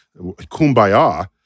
kumbaya